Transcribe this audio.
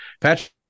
Patrick